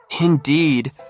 Indeed